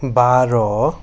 বাৰ